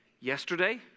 yesterday